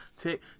Take